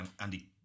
Andy